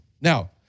Now